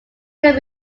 could